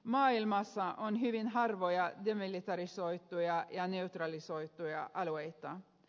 maailmassa on hyvin harvoja demilitarisoituja ja neutralisoituja alueita